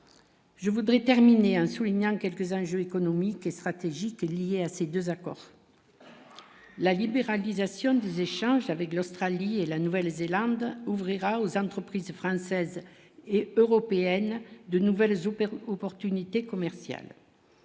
Je voudrais terminer un soulignant quelques enjeux économiques et stratégiques liées à ces 2 accords, la libéralisation des échanges avec l'Australie et la Nouvelle-Zélande ouvrira aux entreprises françaises et européennes de nouvelles au Pérou opportunité commerciale,